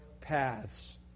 paths